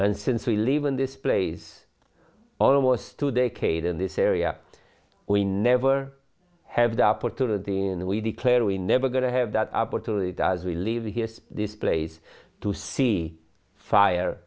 and since we live in this place almost two decades in this area we never have the opportunity and we declare we never going to have that opportunity as we leave here this place to see fire